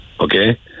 okay